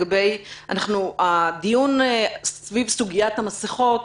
הדיון סביב סוגיית המסכות